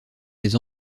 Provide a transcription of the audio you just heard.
les